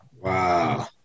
Wow